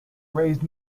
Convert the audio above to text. raised